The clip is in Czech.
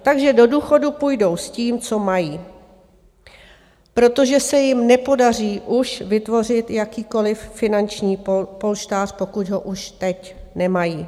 Takže do důchodu půjdou s tím, co mají, protože se jim nepodaří už vytvořit jakýkoliv finanční polštář, pokud ho už teď nemají.